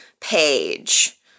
page